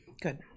Good